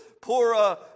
poor